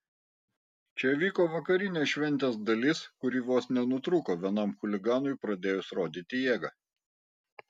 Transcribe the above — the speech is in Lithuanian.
čia vyko vakarinė šventės dalis kuri vos nenutrūko vienam chuliganui pradėjus rodyti jėgą